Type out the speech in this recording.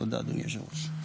תודה, אדוני היושב-ראש.